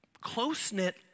close-knit